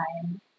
time